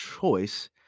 choice